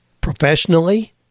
professionally